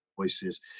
voices